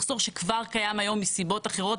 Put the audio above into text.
מחסור שכבר קיים היום מסיבות אחרות,